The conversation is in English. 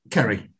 Kerry